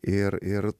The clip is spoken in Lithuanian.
ir ir